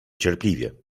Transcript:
cierpliwie